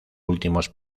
últimos